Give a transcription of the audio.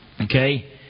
okay